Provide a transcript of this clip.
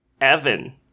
Evan